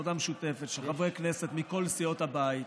עבודה משותפת של חברי כנסת מכל סיעות הבית,